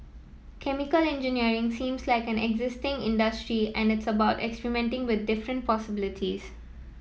chemical engineering seems like an exciting industry and it's about experimenting with different possibilities